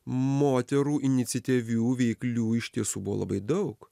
moterų iniciatyvių veiklių iš tiesų buvo labai daug